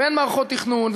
ואין מערכות תכנון,